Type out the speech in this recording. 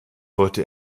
heute